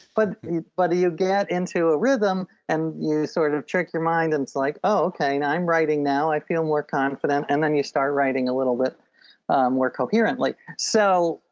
but but you get into a rhythm and you sort of trick your mind and it's like oh okay, now i'm writing now, i feel more confident and then you start writing a little bit more coherently so,